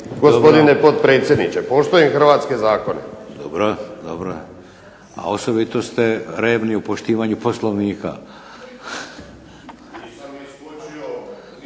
gospodine potpredsjedniče, poštujem hrvatske zakone. **Šeks, Vladimir (HDZ)** Dobro. A osobito ste revni u poštivanju Poslovnika.